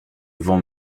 vent